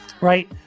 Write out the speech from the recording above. right